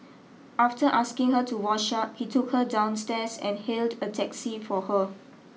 after asking her to wash up he took her downstairs and hailed a taxi for her